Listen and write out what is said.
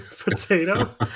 potato